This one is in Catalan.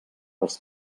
els